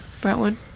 Brentwood